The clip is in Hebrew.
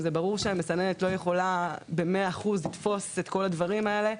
זה ברור שהמסננת לא יכולה במאה אחוז לתפוס את כל הדברים האלה.